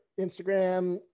Instagram